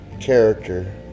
character